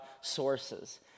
sources